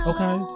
Okay